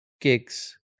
gigs